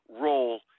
role